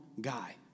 guy